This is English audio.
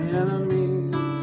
enemies